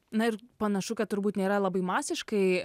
na ir panašu kad turbūt nėra labai masiškai